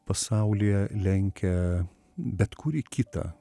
pasaulyje lenkia bet kurį kitą